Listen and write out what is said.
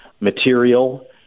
material